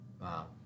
Wow